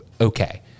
okay